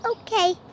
Okay